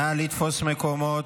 נא לתפוס מקומות.